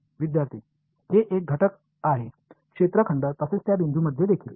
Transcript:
विद्यार्थीः हे एक घटक आहे क्षेत्र खंड तसेच त्या बिंदूंमध्ये देखील